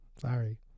Sorry